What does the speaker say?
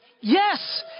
Yes